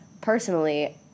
personally